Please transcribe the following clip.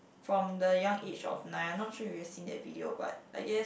from the young age of nine I not sure if you have seen video but I guess